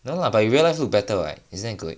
no lah but you real life look better [what] isn't that good